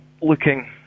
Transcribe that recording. Looking